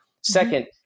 Second